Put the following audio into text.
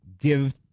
give